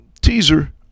teaser